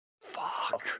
Fuck